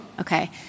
Okay